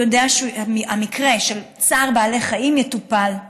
הוא יודע שהמקרה של צער בעלי חיים יטופל,